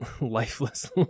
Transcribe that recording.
lifeless